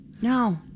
no